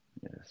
yes